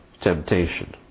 temptation